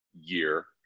year